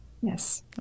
Yes